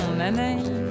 Anaïs